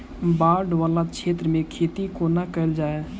बाढ़ वला क्षेत्र मे खेती कोना कैल जाय?